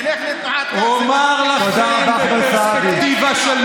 תלך לתנועת כך, תודה רבה, חבר הכנסת סעדי.